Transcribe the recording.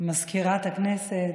מזכירת הכנסת,